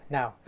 now